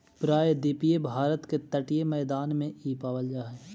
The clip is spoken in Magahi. प्रायद्वीपीय भारत के तटीय मैदान में इ पावल जा हई